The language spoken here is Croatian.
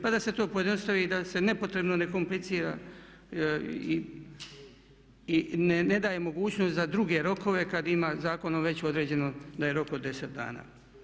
Pa da se to pojednostavi i da se nepotrebno ne komplicira i ne daje mogućnost za druge rokove kad ima zakonom već određeno da je rok od 10 dana.